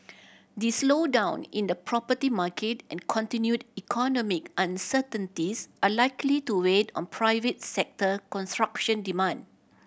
the slowdown in the property market and continued economic uncertainties are likely to weight on private sector construction demand